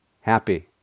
happy